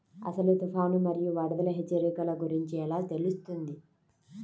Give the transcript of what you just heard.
అసలు తుఫాను మరియు వరదల హెచ్చరికల గురించి ఎలా తెలుస్తుంది?